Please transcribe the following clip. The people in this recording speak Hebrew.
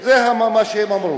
זה מה שהם אמרו.